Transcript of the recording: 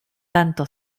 tanto